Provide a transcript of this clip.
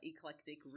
Eclectic